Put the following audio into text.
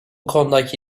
konudaki